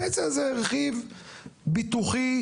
פנסיה זה רכיב ביטוחי,